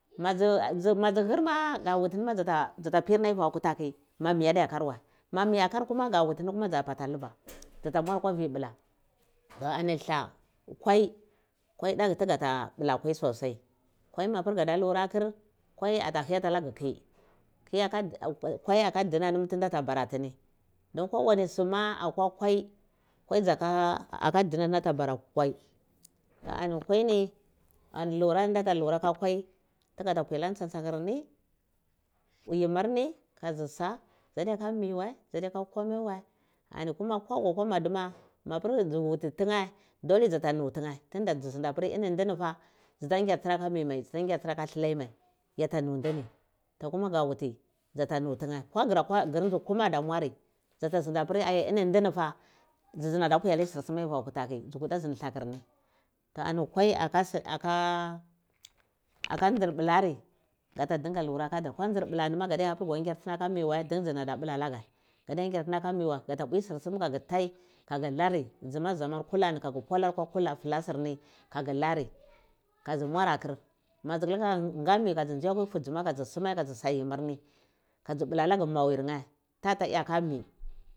ma dzi hur ma gata wuti tini ma dza pir ni aivi akwa kuta ki mami adiya kar wai ma miakar kuma ga wuti dzabatah huya luba dzata muora akwa i bla kwai daku buga ta bla sosai kwai magir pir gada bla sosai kwal ata vigati alagheli ki kwai aka ndinan nam ata bar atini dun kowani suma kwai kwai dzaka dinha nam atabara kwai un kwai ni kwai nda ta lura ta kwai tigoda pwi alar tson tsanir ni yimir n ka dzi sa dzadiyate mi wai dza diya ku komai wai dni kuma ko ga kwa madima mapir dzu wuti tinhch dole dza ta ntutineh tunda dzi zindi apir ndini far dzu nyur tira aka mi mai dza nyar tura ako dulhai mai yata nu ndini ko kuma ga wuti dza ta nuti hheh koh gir nz kama adamwari dzato ndapir toh ini ndinipah dzi dzana pwi aloi sur suma aivi akwo kwata ki dzu kuta din lakir ni to ani kwai yar dzada aka ndir bulari dar da dinga lura akadza ko dun blari dara nyar tini aka mi wa dun dzidzana blani ala ghe gadiya nyor tini akami wai gata nyor gata bwisur sumo aga tai kaghi lori dzi kuma zamar kulari agu kula flask kir ni ka gi lari ka dzi mwarakir ma dzu luka ngo mi dzu ma ka dzi nzi akwi fueh kah dzi suma kadzi sa yimir ni ka dzi bla lagir mawirnheh tatayakami